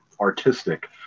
artistic